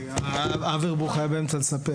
אברבוך היה באמצע לספר